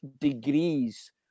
degrees